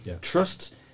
trust